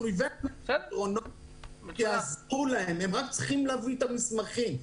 הם רק צריכים להביא את המסמכים.